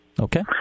Okay